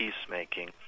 peacemaking